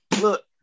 look